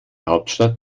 hauptstadt